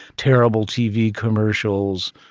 terrible tv commercials.